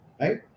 right